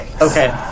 Okay